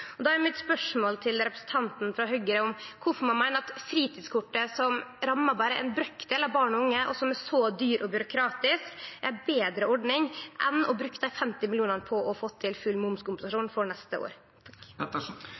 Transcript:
er spørsmålet mitt til representanten frå Høgre kvifor ein meiner at fritidskortet, som rammar berre ein brøkdel av barn og unge, og som er ei så dyr og byråkratisk ordning, er ei betre ordning enn å bruke dei 50 mill. kr på å få til full momskompensasjon for neste år.